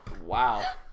Wow